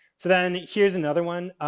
so then, here's another one.